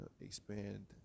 expand